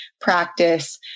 practice